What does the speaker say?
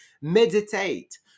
Meditate